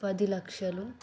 పది లక్షలు